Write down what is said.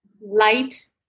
light